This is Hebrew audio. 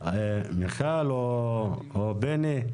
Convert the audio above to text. מיכל או בני.